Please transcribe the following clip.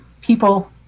people